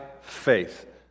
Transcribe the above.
faith